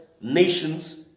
nations